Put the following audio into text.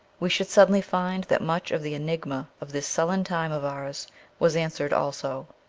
we should suddenly find that much of the enigma of this sullen time of ours was answered also.